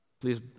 please